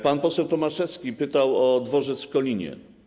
Pan poseł Tomaszewski pytał o dworzec w Koninie.